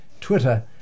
Twitter